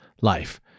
life